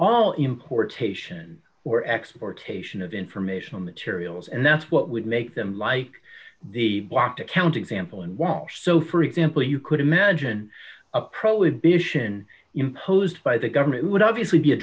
all importation or exportation of informational materials and that's what would make them like the blocked account example in walsh so for example you could imagine a prohibition imposed by the government would obviously be a